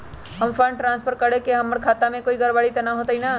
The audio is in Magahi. फंड ट्रांसफर करे से हमर खाता में कोई गड़बड़ी त न होई न?